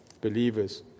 believers